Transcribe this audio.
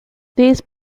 these